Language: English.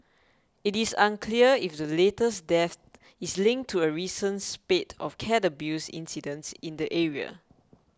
it is unclear if the latest death is linked to a recent spate of cat abuse incidents in the area